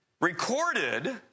recorded